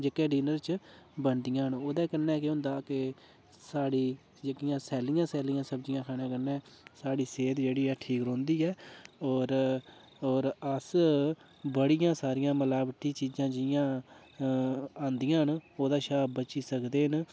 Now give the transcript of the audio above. जेह्के डिनर च बनदियां न ओह्दे कन्नै केह् होंदा कि स्हाड़ी जेह्कियां सैलियां सैलियां सब्जियां खाने कन्नै साढ़ी सेह्त जेह्ड़ी ऐ ठीक रौंह्दी ऐ होर होर अस बड़ियां सारियां मिलावटी चीज़ां जियां आंदियां न ओह्दे शा बची सकदे न